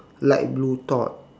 light blue top